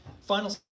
Final